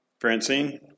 Francine